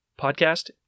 podcast